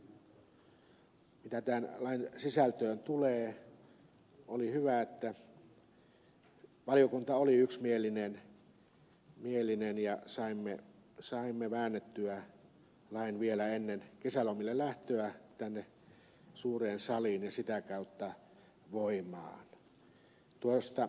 mitä tämän lain sisältöön tulee oli hyvä että valiokunta oli yksimielinen ja saimme väännettyä lain vielä ennen kesälomille lähtöä tänne suureen saliin ja sitä kautta voimaan